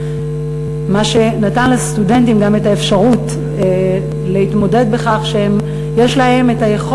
מה שנתן לסטודנטים גם את האפשרות להתמודד בכך שבמהלך